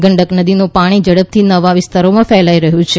ગંડક નદીનું પાણી ઝડપથી નવા વિસ્તારોમાં ફેલાઇ રહ્યું છે